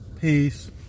Peace